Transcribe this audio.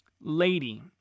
Lady